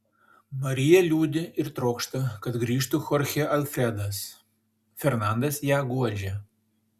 marija liūdi ir trokšta kad grįžtų chorchė alfredas fernandas ją guodžia